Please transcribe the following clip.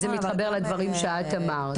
זה מתחבר לדברים שאת אמרת.